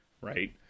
right